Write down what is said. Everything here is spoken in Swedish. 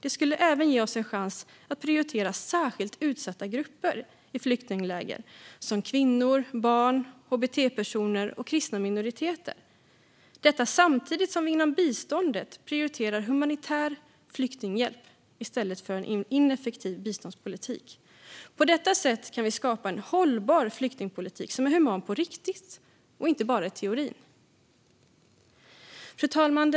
Det skulle även ge oss en chans att prioritera särskilt utsatta grupper i flyktingläger, som kvinnor, barn, hbt-personer och kristna minoriteter, samtidigt som vi inom biståndet prioriterar humanitär flyktinghjälp i stället för en ineffektiv biståndspolitik. På detta sätt kan vi skapa en hållbar flyktingpolitik som är human på riktigt och inte bara i teorin. Fru talman!